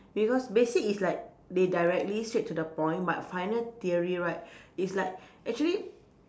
because basic is like they directly straight to the point but final theory right is like actually